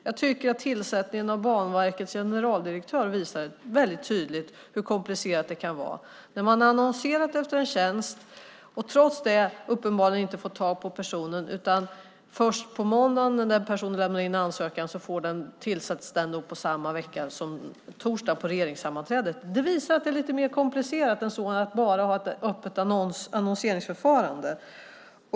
Jag tycker att tillsättningen av Banverkets generaldirektör visar väldigt tydligt hur komplicerat det kan vara. Man har annonserat ut en tjänst och trots det uppenbarligen inte fått tag på personen. På måndagen lämnar en person in ansökan, och tjänsten tillsätts samma vecka på torsdagen på regeringssammanträdet. Det visar att det är lite mer komplicerat än att bara ha ett öppet annonseringsförfarande.